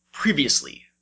Previously